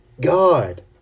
God